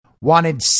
wanted